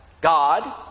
God